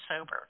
sober